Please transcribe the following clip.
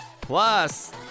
Plus